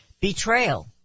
Betrayal